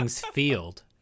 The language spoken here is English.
Field